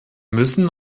müssen